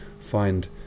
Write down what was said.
find